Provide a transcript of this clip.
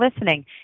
listening